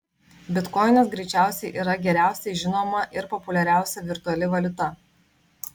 bitkoinas greičiausiai yra geriausiai žinoma ir populiariausia virtuali valiuta